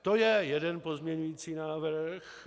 To je jeden pozměňující návrh.